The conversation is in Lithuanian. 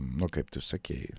nu kaip tu sakei